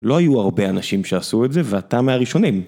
לא היו הרבה אנשים שעשו את זה, ואתה מהראשונים.